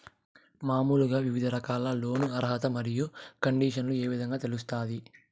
మామూలుగా వివిధ రకాల లోను అర్హత మరియు కండిషన్లు ఏ విధంగా తెలుస్తాది?